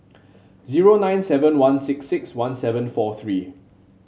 zero nine seven one six six one seven four three